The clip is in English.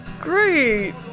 Great